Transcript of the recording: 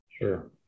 Sure